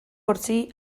jxsí